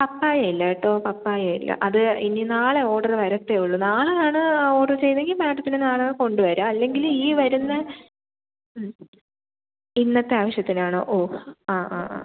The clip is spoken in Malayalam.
പപ്പായ ഇല്ല കേട്ടോ പപ്പായ ഇല്ല അത് ഇനി നാളെ ഓഡറ് വരത്തെ ഒള്ളു നാളെ ആണ് ആ ഓഡറ് ചെയ്തെങ്കിൽ മാഡത്തിന് നാളെ കൊണ്ട് വരാം അല്ലെങ്കിൽ ഈ വരുന്ന ഇന്നത്തെ ആവശ്യത്തിനാണൊ ഓ ആ ആ ആ